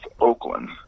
Oakland